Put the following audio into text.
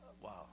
wow